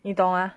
你懂吗